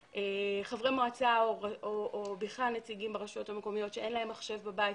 חברי מועצה או בכלל נציגים ברשויות המקומיות שאין להם מחשב בבית.